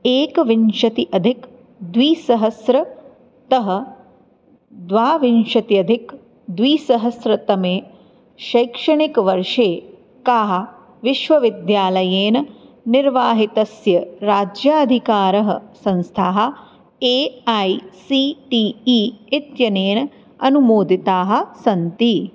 एकविंशत्यधिकद्विसहस्रतः द्वाविंशत्यधिकद्विसहस्रतमे शैक्षणिकवर्षे काः विश्वविद्यालयेन निर्वाहितस्य राज्याधिकारः संस्थाः A I C T E इत्यनेन अनुमोदिताः सन्ति